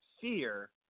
fear